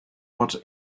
what